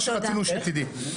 שתדעי.